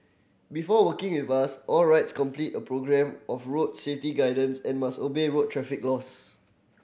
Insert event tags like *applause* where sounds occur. before working with us all *unintelligible* complete a programme of road safety guidance and must obey road traffic laws